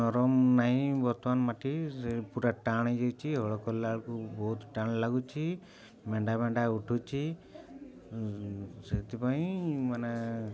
ନରମ ନାହିଁ ବର୍ତ୍ତମାନ ମାଟି ସେ ପୁରା ଟାଣ ହେଇଯାଇଛି ହଳ କଲାବେଳକୁ ବହୁତ ଟାଣ ଲାଗୁଛି ମେଣ୍ଡା ମେଣ୍ଡା ଉଠୁଛି ସେଥିପାଇଁ ମାନେ